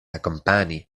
akompani